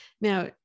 Now